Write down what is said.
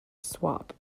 swap